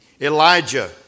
Elijah